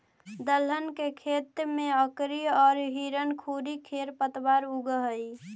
दलहन के खेत में अकरी औउर हिरणखूरी खेर पतवार उगऽ हई